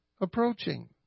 approaching